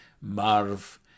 Marv